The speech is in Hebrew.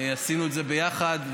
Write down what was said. עשינו את זה ביחד,